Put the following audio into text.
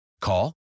Call